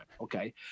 okay